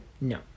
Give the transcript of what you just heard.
No